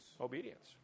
obedience